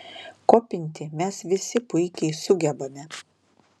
kopinti mes visi puikiai sugebame